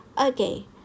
okay